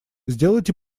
сделайте